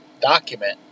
document